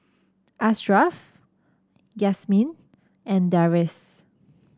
Ashraff and Deris